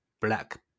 black